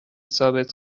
ثابت